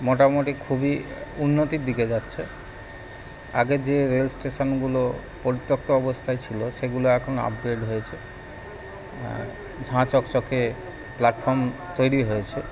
মোটামুটি খুবই উন্নতির দিকে যাচ্ছে আগে যে রেল স্টেশনগুলো পরিত্যক্ত অবস্থায় ছিল সেগুলো এখন আপগ্রেড হয়েছে ঝাঁ চকচকে প্ল্যাটফর্ম তৈরি হয়েছে